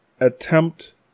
attempt